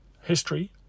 history